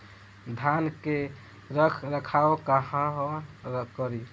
धान के रख रखाव कहवा करी?